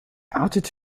outed